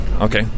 Okay